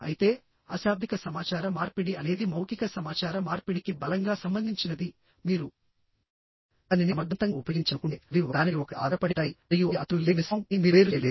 అయితే అశాబ్దిక సమాచార మార్పిడి అనేది మౌఖిక సమాచార మార్పిడికి బలంగా సంబంధించినది మీరు దానిని సమర్థవంతంగా ఉపయోగించాలనుకుంటే అవి ఒకదానిపై ఒకటి ఆధారపడి ఉంటాయి మరియు అవి అతుకులు లేని మిశ్రమం అని మీరు వేరు చేయలేరు